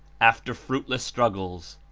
after fruitless struggles,